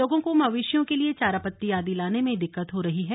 लोगों को मवेशियों के लिए चारा पत्ती आदि लाने में दिक्कत हो रही हैं